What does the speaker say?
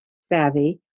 savvy